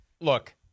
look